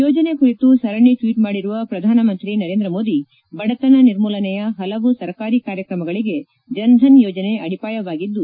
ಯೋಜನೆ ಕುರಿತು ಸರಣಿ ಟ್ಷೇಟ್ ಮಾಡಿರುವ ಪ್ರಧಾನಮಂತ್ರಿ ನರೇಂದ್ರ ಮೋದಿ ಬಡತನ ನಿರ್ಮೂಲನೆಯ ಹಲವು ಸರ್ಕಾರಿ ಕಾರ್ಯಕ್ರಮಗಳಿಗೆ ಜನ್ ಧನ್ ಯೋಜನೆ ಅಡಿಪಾಯವಾಗಿದ್ದು